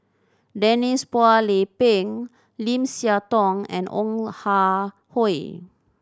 Denise Phua Lay Peng Lim Siah Tong and Ong Ah Hoi